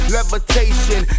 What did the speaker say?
Levitation